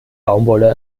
baumwolle